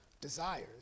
desires